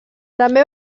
també